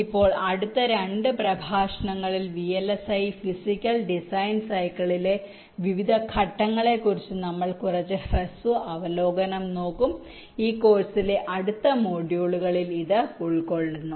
ഇപ്പോൾ അടുത്ത രണ്ട് പ്രഭാഷണങ്ങളിൽ വിഎൽഎസ്ഐ ഫിസിക്കൽ ഡിസൈൻ സൈക്കിളിലെ വിവിധ ഘട്ടങ്ങളെക്കുറിച്ച് നമ്മൾ കുറച്ച് ഹ്രസ്വ അവലോകനം നോക്കും ഈ കോഴ്സിലെ അടുത്ത മൊഡ്യൂളുകളിൽ ഇത് ഉൾക്കൊള്ളുന്നു